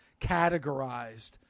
categorized